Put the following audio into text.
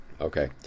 Okay